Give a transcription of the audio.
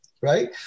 right